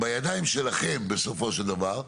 בידיים שלכם בסופו של דבר,